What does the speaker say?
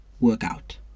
Workout